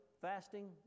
fasting